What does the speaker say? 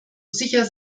sicher